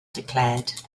declared